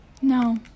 No